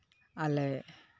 ᱟᱞᱮ